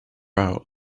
out